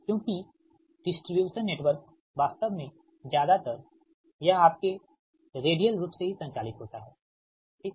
क्योंकि distribution network वास्तव में ज्यादातर यह आपके रेडियल रूप से ही संचालित होता है ठीक